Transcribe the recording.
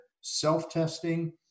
self-testing